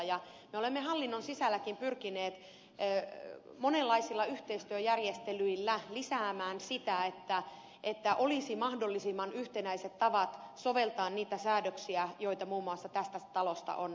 me olemme hallinnon sisälläkin pyrkineet monenlaisilla yhteistyöjärjestelyillä lisäämään sitä että olisi mahdollisimman yhtenäiset tavat soveltaa niitä säädöksiä joita muun muassa tästä talosta on annettu